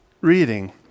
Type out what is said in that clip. reading